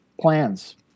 plans